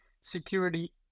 security